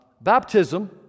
Baptism